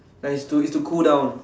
like its to its to cool down